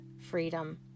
freedom